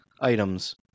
items